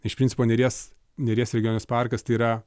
iš principo neries neries regioninis parkas tai yra